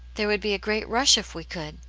there would be a great rush if we could.